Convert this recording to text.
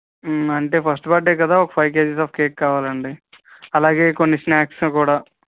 అంటే first birthday కదా ఒక ఫైవ్ కేజీస్ ఆఫ్ కేక్ కావాలండి అలాగే కొన్ని స్నాక్స్ కూడా